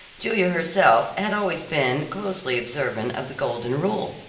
julia herself, had always been closely observant of the golden rule.